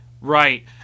Right